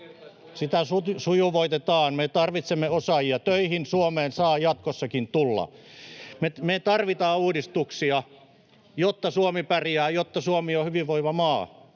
sitä sujuvoitetaan. — Me tarvitsemme osaajia töihin. Suomeen saa jatkossakin tulla. Me tarvitaan uudistuksia, jotta Suomi pärjää, jotta Suomi on hyvinvoiva maa.